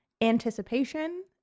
anticipation